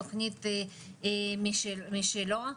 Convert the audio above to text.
תוכנית משלו.